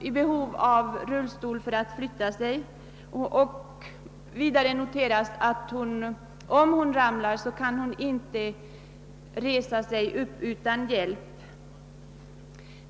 Hon behöver rullstol för att kunna flytta sig, och om hon faller omkull kan hon inte resa sig utan hjälp.